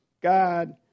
God